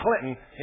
Clinton